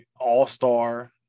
all-star